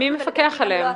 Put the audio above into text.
מי מפקח עליהן?